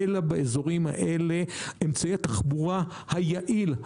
אלא באזורים האלה אמצעי התחבורה היעיל,